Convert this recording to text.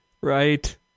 Right